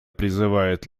призывает